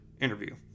interview